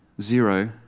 zero